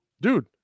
dude